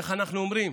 איך אנחנו אומרים?